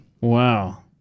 Wow